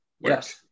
Yes